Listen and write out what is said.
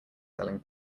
selling